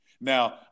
Now